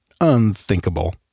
Unthinkable